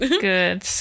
Good